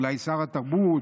אולי שר התרבות,